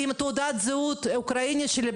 יש לי זכות מלאה שהשרה תשמע --- וגם את צביקה.